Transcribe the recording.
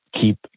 keep